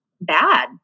bad